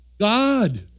God